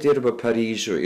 dirbo paryžiuj